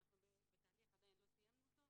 אנחנו בתהליך, עדיין לא סיימנו אותו,